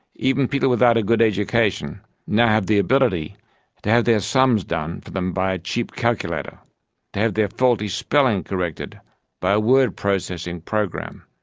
even people without a good education now have the ability to have their sums done for them by a cheap calculator, to have their faulty spelling corrected by a word processing program,